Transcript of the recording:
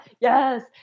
Yes